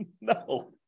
No